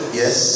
yes